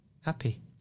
happy